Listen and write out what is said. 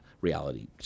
reality